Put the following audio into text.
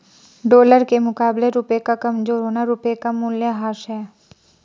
dollar के मुकाबले रुपए का कमज़ोर होना रुपए का मूल्यह्रास है